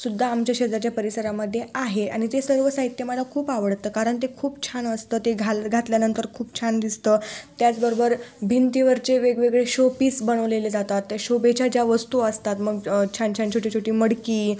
सुुद्धा आमच्या शेजारच्या परिसरामध्ये आहे आणि ते सर्व साहित्य मला खूप आवडतं कारण ते खूप छान असतं ते घाल घातल्यानंतर खूप छान दिसतं त्याचबरोबर भिंतीवरचे वेगवेगळे शोपीस बनवलेले जातात त्या शोभेच्या ज्या वस्तू असतात मग छान छान छोटी छोटी मडकी